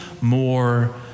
more